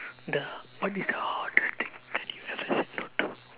the what is the hardest thing that you ever said no to